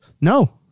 No